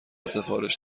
سفارش